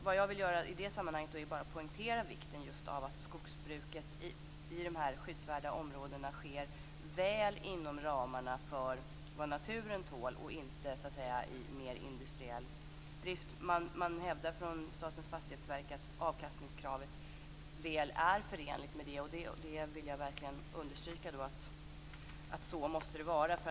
Vad jag vill göra i det sammanhanget är bara att poängtera just vikten av att skogsbruket i de skyddsvärda områdena sker väl inom ramarna för vad naturen tål och inte genom mer industriell drift. Man hävdar från Statens fastighetsverk att avkastningskravet är väl förenligt med det, och jag vill verkligen understryka att det måste vara så.